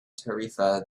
tarifa